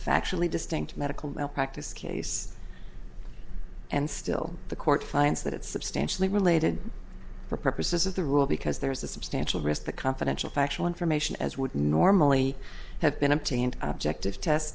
factually distinct medical malpractise case and still the court finds that it's substantially related for purposes of the rule because there is a substantial risk the confidential factual information as would normally have been obtained objective test